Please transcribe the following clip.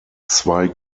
zwei